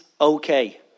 okay